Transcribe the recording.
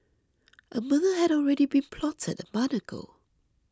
a murder had already been plotted a month ago